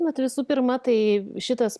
vat visų pirma tai šitas